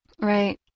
Right